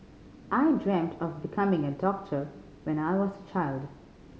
I dreamt of becoming a doctor when I was a child